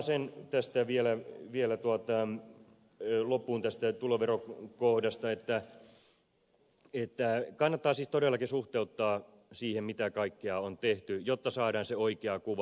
totean vaan sen vielä loppuun tästä tuloverokohdasta että kannattaa siis todellakin suhteuttaa siihen mitä kaikkea on tehty jotta saadaan se oikea kuva